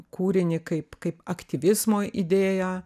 kūrinį kaip kaip aktyvizmo idėją